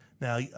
Now